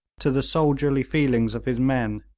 to the soldierly feelings of his men,